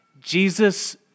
Jesus